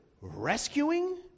rescuing